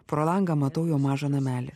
pro langą matau jo mažą namelį